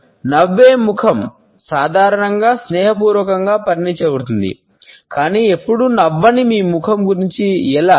'నవ్వే ముఖం' సాధారణంగా స్నేహపూర్వకంగా పరిగణించబడుతుంది కానీ ఎప్పుడూ నవ్వని మీ ముఖం గురించి ఎలా